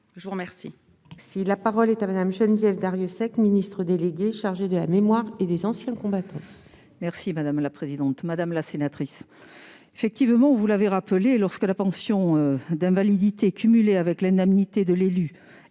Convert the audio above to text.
Je vous remercie